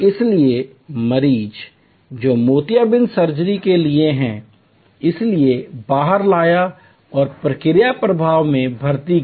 इसलिए मरीज जो मोतियाबिंद सर्जरी के लिए हैं इसलिए बाहर लाया और प्रक्रिया प्रवाह में भर्ती किया